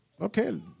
okay